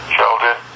Sheldon